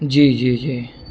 جی جی جی